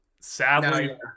Sadly